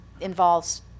involves